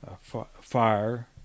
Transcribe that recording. fire